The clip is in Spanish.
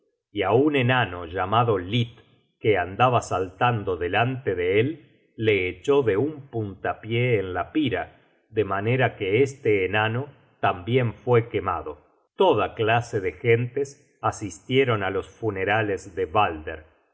á un enano llamado lit que andaba saltando delante de él le echó de un puntapie en la pira de manera que este enano tambien fue quemado toda clase de gentes asistieron á los funerales de balder